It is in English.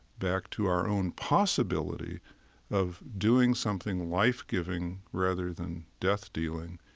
back to our own possibility of doing something life-giving rather than death-dealing,